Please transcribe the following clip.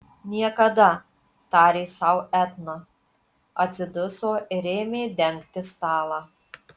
niekada tarė sau edna atsiduso ir ėmė dengti stalą